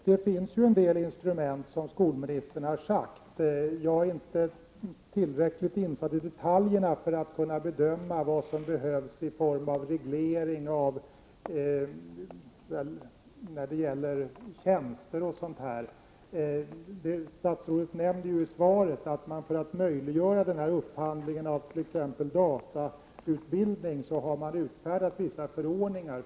Herr talman! Det finns, som skolministern sagt, en del instrument. Jag är inte tillräckligt insatt i detaljerna för att kunna bedöma vad som behövs i form av reglering när det gäller tjänster och liknande. Statsrådet nämnde ju i svaret att man för att möjliggöra upphandling av t.ex. datautbildning har utfärdat vissa förordningar.